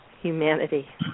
humanity